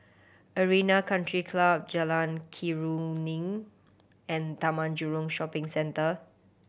Arena Country Club Jalan Keruing and Taman Jurong Shopping Centre